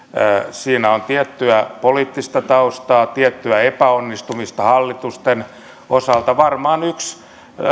siinä on tiettyä poliittista taustaa tiettyä epäonnistumista hallitusten osalta varmaan yksi